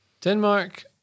Denmark